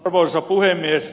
arvoisa puhemies